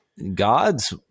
God's